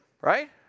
right